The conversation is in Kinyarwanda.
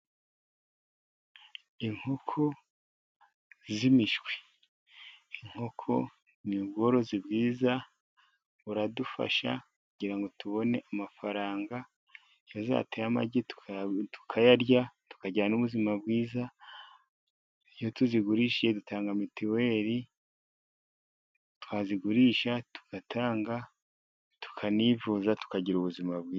inkoko z'imishwi. Inkoko ni ubworozi bwiza, buradufasha kugirango ngo tubone amafaranga, iyo zateye amagi tukayarya tukagira n'ubuzima bwiza, iyo tuzigurishije dutanga mitiweri, twazigurisha tugatanga, tukanivuza tukagira ubuzima bwiza.